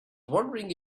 wondering